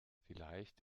vielleicht